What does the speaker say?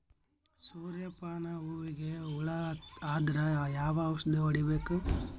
ಸೂರ್ಯ ಪಾನ ಹೂವಿಗೆ ಹುಳ ಆದ್ರ ಯಾವ ಔಷದ ಹೊಡಿಬೇಕು?